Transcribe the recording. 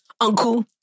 Uncle